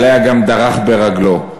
שעליה גם דרך ברגלו.